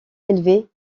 élevé